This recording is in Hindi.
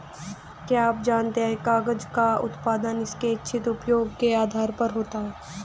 क्या आप जानते है कागज़ का उत्पादन उसके इच्छित उपयोग के आधार पर होता है?